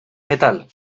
metal